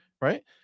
right